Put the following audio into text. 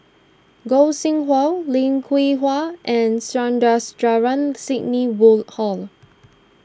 Gog Sing Hooi Lim Hwee Hua and Sandrasegaran Sidney Woodhull